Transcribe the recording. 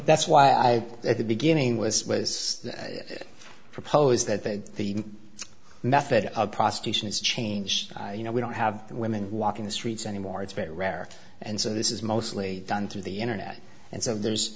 that's why i at the beginning was was proposed that the method of prostitution is changed you know we don't have women walking the streets anymore it's very rare and so this is mostly done through the internet and so there's